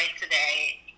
today